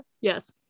Yes